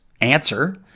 answer